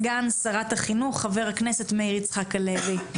סגן שרת החינוך חבר הכנסת מאיר יצחק הלוי.